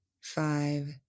five